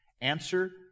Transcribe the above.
Answer